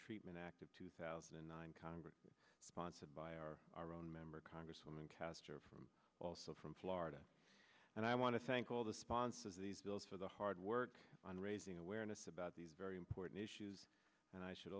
treatment act of two thousand and nine congress sponsored by our our own member congresswoman castor from also from florida and i want to thank all the sponsors of these bills for the hard work on raising awareness about these very important issues and i should